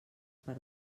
per